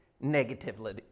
negatively